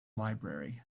library